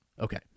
Okay